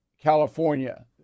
California